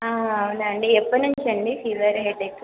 అవునా అండి ఎప్పటినుంచి అండి ఫీవర్ హెడ్ఏక్